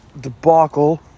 debacle